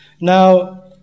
Now